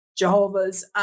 Jehovahs